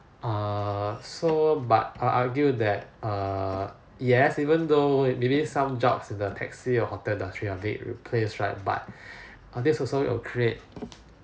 err so but I'll argue that err yes even though maybe some jobs in the taxi hotel industry have been replaced right but are they also will create